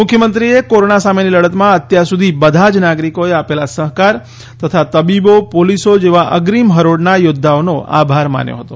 મુખ્યમંત્રીએ કોરોના સામેની લડતમાં અત્યારસુધી બધા જ નાગરિકોએ આપેલા સહકાર તથા તબીબો પોલીસો જેવા અગ્રીમ હરોળના યોદ્ધાઓનો આભાર માન્યો હતો